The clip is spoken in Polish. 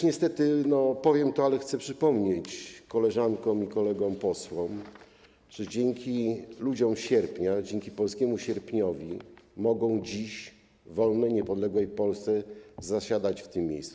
Niestety powiem to, ale chcę przypomnieć koleżankom i kolegom posłom, że dzięki ludziom Sierpnia, dzięki polskiemu Sierpniowi mogą dziś w wolnej, niepodległej Polsce zasiadać w tym miejscu.